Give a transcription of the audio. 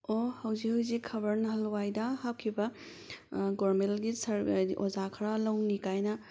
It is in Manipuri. ꯑꯣ ꯍꯧꯖꯤꯛ ꯍꯧꯖꯤꯛ ꯈꯕꯔ ꯅꯍꯥꯟꯋꯥꯏꯗ ꯍꯥꯞꯈꯤꯕ ꯒꯣꯔꯃꯦꯜꯒꯤ ꯍꯥꯏꯗꯤ ꯑꯣꯖꯥ ꯈꯔ ꯂꯧꯅꯤ ꯀꯥꯏꯅ